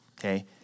okay